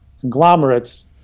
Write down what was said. conglomerates